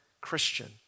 Christian